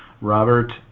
Robert